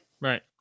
Right